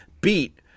beat